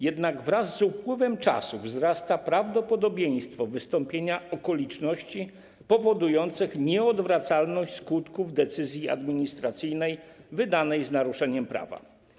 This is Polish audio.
Jednak wraz z upływem czasu wzrasta prawdopodobieństwo wystąpienia okoliczności powodujących nieodwracalność skutków decyzji administracyjnej wydanej z naruszeniem prawa.